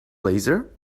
laser